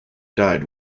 died